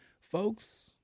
Folks